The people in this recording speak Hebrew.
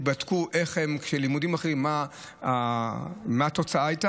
בדקו מה הייתה התוצאה,